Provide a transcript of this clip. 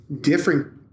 different